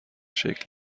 شکل